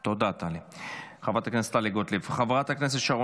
תודה, טלי, חברת הכנסת טלי גוטליב.